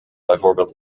bijvoorbeeld